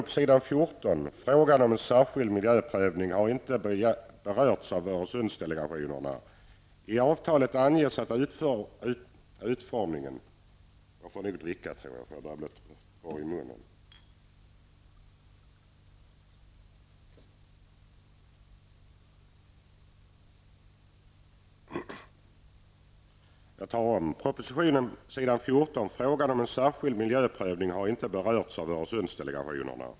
På s. 14 i propositionen står: ''Frågan om en särskild miljöprövning har inte berörts av Öresundsdelegationerna.